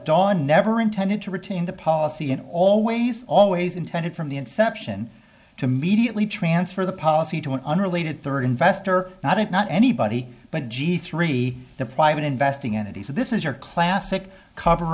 dawn never intended to retain the policy it always always intended from the inception to mediately transfer the policy to an unrelated third investor not it not anybody but g three the private investing in it he said this is your classic cover